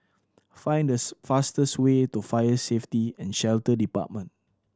find fastest way to Fire Safety And Shelter Department